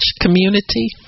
community